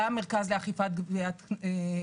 למרכז לגביית קנסות,